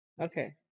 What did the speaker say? Okay